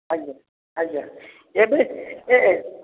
ଆଜ୍ଞା ଆଜ୍ଞା